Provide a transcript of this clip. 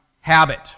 habit